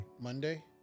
Monday